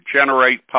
generate